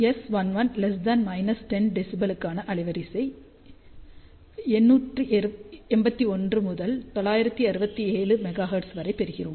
S11 10 dB க்கான அலைவரிசை 881 முதல் 967 மெகா ஹெர்ட்ஸ் வரை பெறுகிறோம்